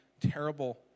terrible